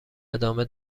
ادامه